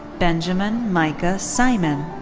benjamin micah simon.